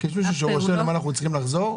יש מישהו שרושם אל מה אנחנו צריכים לחזור?